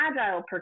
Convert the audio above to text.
agile